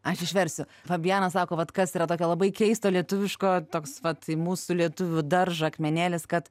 aš išversiu fabianas sako vat kas yra tokio labai keisto lietuviško toks vat į mūsų lietuvių daržą akmenėlis kad